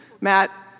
Matt